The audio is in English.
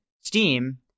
Steam